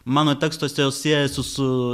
mano tekstuose jos siejasi su